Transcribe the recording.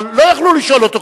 אבל לא יכלו לשאול אותו,